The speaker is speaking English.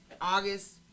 August